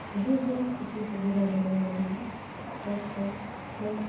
ଏହିଭଳି କିଛି ସୁବିଧା ଯୋଗାଇଦେଲେ ସରକାର ଖୁବ୍